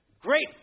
Great